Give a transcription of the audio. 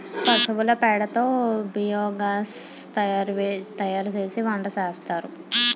పశువుల పేడ తో బియోగాస్ తయారుసేసి వంటసేస్తారు